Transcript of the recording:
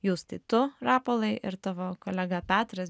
jūs tai tu rapolai ir tavo kolega petras